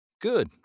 Good